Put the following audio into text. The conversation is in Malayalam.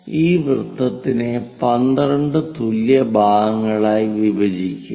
ഈ വൃത്തത്തിനെ 12 തുല്യ ഭാഗങ്ങളായി വിഭജിക്കുക